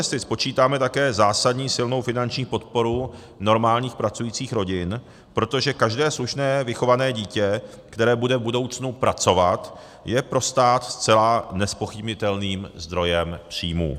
Do investic počítáme také zásadní silnou finanční podporu normálních pracujících rodin, protože každé slušně vychované dítě, které bude v budoucnu pracovat, je pro stát zcela nezpochybnitelným zdrojem příjmů.